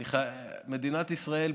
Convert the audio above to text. מדינת ישראל,